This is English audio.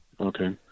okay